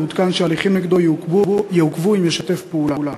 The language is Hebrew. ההוצאה לפועל יעודכן שההליכים נגדו יעוכבו אם ישתף פעולה.